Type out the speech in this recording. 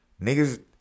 Niggas